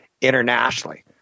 internationally